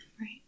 Right